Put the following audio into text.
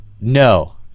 No